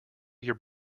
your